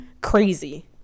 crazy